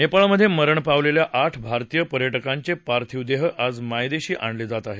नेपाळमध्ये मरण पावलेल्या आठ भारतीय पर्यटकांचे पार्थिव देह आज मायदेशी आणले जात आहेत